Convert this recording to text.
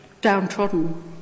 downtrodden